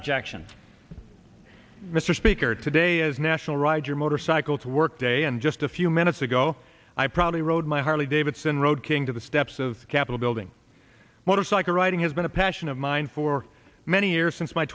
objection mr speaker today is national ride your motorcycle to work day and just a few minutes ago i probably rode my harley davidson road king to the steps of the capitol building motorcycle riding has been a passion of mine for many years since my